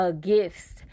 gifts